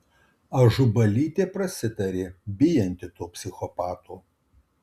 ažubalytė prasitarė bijanti to psichopato